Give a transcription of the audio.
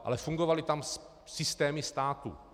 Ale fungovaly tam systémy státu.